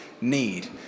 need